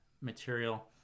material